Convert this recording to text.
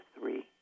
three